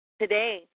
Today